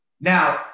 Now